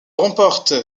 remporte